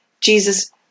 Jesus